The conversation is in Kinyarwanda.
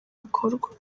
bikorwa